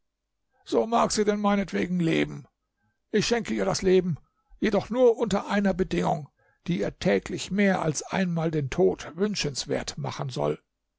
so mag sie denn meinetwegen leben ich schenke ihr das leben jedoch nur unter einer bedingung die ihr täglich mehr als einmal den tod wünschenswert machen soll